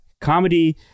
Comedy